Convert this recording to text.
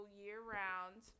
year-round